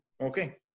Okay